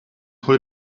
hold